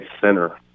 center